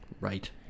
Right